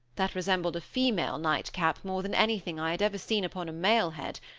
that resembled a female nightcap more than anything i had ever seen upon a male head,